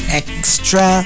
extra